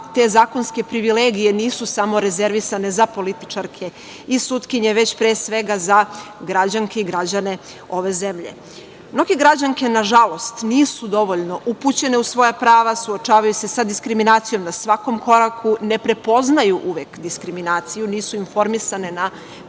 te zakonske privilegije nisu samo rezervisane za političarke i sutkinje, već pre svega za građanke i građane ove zemlje. Mnoge građanke, nažalost, nisu dovoljno upućene u svoja prava, suočavaju se sa diskriminacijom na svakom koraku, ne prepoznaju uvek diskriminaciju, nisu informisane na pravi